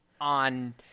on